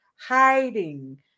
hiding